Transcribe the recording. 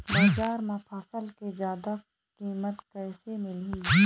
बजार म फसल के जादा कीमत कैसे मिलही?